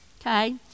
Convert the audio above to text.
okay